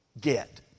Get